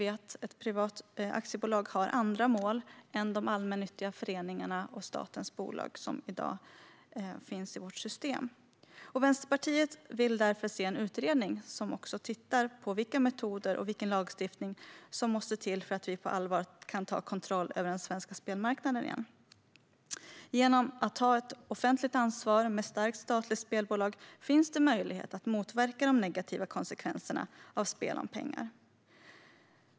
Ett privat aktiebolag har, som vi vet, andra mål än de allmännyttiga föreningar och statens bolag som i dag finns i vårt system. Vänsterpartiet vill därför se en utredning som ser över vilka metoder och vilken lagstiftning som måste till för att vi på allvar ska kunna ta kontroll över den svenska spelmarknaden igen. Genom att ha ett offentligt ansvar med ett starkt statligt spelbolag finns det en möjlighet att motverka de negativa konsekvenserna av spel om pengar.